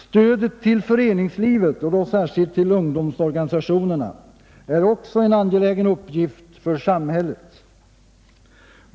Stöden till föreningslivet — och då särskilt till ungdomsorganisationerna — är också en angelägen uppgift för samhället.